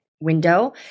window